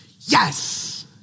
Yes